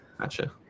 Gotcha